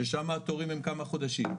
ששם התורים הם כמה חודשים.